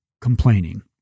complaining